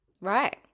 Right